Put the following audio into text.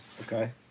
Okay